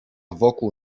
wokół